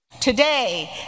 Today